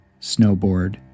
snowboard